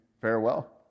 Farewell